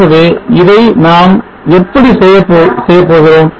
ஆகவே இதை நாம் எப்படி செய்ய செய்யப்போகிறோம்